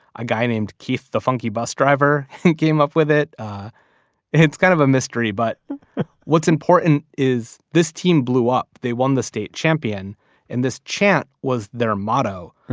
a guy named keith, the funky bus driver came up with it it's kind of a mystery, but what's important is this team blew up. they won the state champion and this chant was their motto.